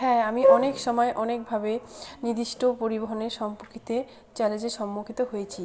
হ্যাঁ আমি অনেক সময় অনেকভাবে নির্দিষ্ট পরিবহণের সম্পর্কিত চ্যালেঞ্জের সম্মুখিত হয়েছি